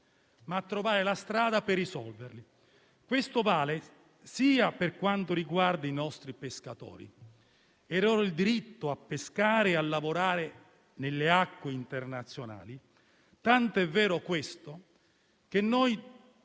ma a trovare la strada per risolverli. Questo vale anche per quanto riguarda i nostri pescatori e il loro diritto a pescare e a lavorare nelle acque internazionali. Questo è tanto vero che,